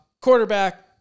Quarterback